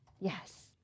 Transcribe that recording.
Yes